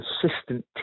consistent